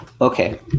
Okay